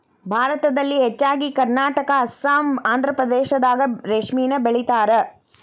ಭಾರತದಲ್ಲಿ ಹೆಚ್ಚಾಗಿ ಕರ್ನಾಟಕಾ ಅಸ್ಸಾಂ ಆಂದ್ರಪ್ರದೇಶದಾಗ ರೇಶ್ಮಿನ ಬೆಳಿತಾರ